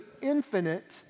infinite